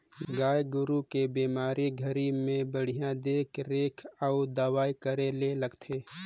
गाय गोरु के बेमारी घरी में बड़िहा देख रेख अउ दवई करे ले लगथे